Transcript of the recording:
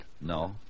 No